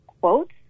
quotes